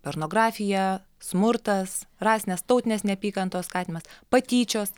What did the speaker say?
pornografija smurtas rasinės tautinės neapykantos skatinimas patyčios